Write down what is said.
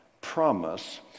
promise